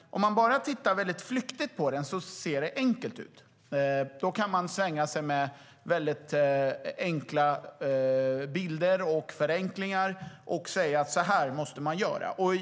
Tittar vi flyktigt på frågan ser det enkelt ut. Vi kan svänga oss med enkla bilder och förenklingar och säga att så här måste vi göra.